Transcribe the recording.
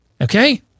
Okay